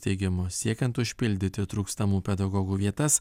teigimu siekiant užpildyti trūkstamų pedagogų vietas